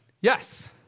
Yes